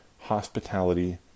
hospitality